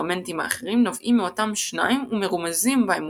הסקרמנטים האחרים נובעים מאותם שניים ומרומזים באמונה.